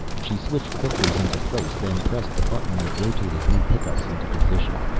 she switched filters into place, then pressed the button that rotated new pickups into position.